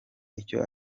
icyo